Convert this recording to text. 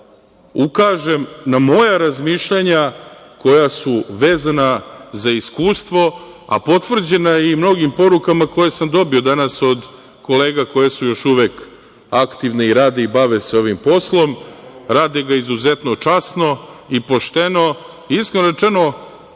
ukažem na moja razmišljanja koja su vezana za iskustvo, a potvrđena je i mnogim porukama koje sam dobio danas od kolega koje su još uvek aktivne i rade i bave se ovim poslom. Rade ga izuzetno časno i pošteno. Iskreno